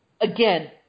again